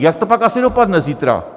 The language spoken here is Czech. Jak to pak asi dopadne zítra?